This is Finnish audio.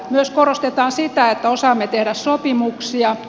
myös korostetaan sitä että osaamme tehdä sopimuksia